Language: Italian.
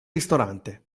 ristorante